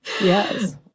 yes